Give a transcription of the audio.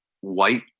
white